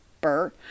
Burr